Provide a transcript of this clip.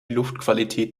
luftqualität